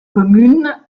commune